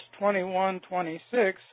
21-26